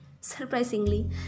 surprisingly